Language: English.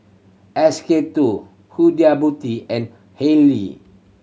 S K Two Huda Beauty and Haylee